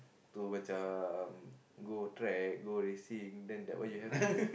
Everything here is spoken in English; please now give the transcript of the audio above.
to macam go track go racing then that one you have to